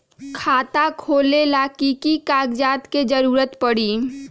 खाता खोले ला कि कि कागजात के जरूरत परी?